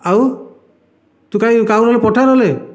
ଆଉ ତୁ କାଇଁ କାହାକୁ ନହେଲେ ପଠା ନହେଲେ